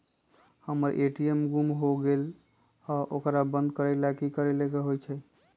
हमर ए.टी.एम गुम हो गेलक ह ओकरा बंद करेला कि कि करेला होई है?